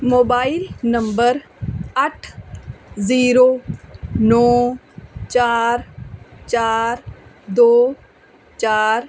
mobile number ਅੱਠ zero ਨੌ ਚਾਰ ਚਾਰ ਦੋ ਚਾਰ